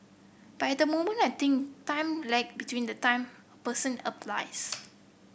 but at the moment I thin time lag between the time person applies